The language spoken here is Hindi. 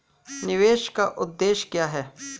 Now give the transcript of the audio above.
निवेश का उद्देश्य क्या है?